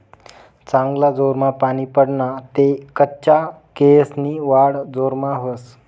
चांगला जोरमा पानी पडना ते कच्चा केयेसनी वाढ जोरमा व्हस